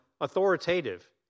authoritative